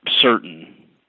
certain